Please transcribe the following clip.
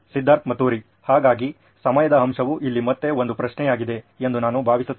ಸಿದ್ಧಾರ್ಥ್ ಮತುರಿ ಹಾಗಾಗಿ ಸಮಯದ ಅಂಶವು ಇಲ್ಲಿ ಮತ್ತೆ ಒಂದು ಪ್ರಶ್ನೆಯಾಗಿದೆ ಎಂದು ನಾನು ಭಾವಿಸುತ್ತೇನೆ